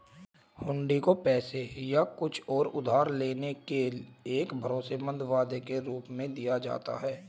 हुंडी को पैसे या कुछ और उधार लेने के एक भरोसेमंद वादे के रूप में दिया जाता है